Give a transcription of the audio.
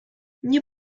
nie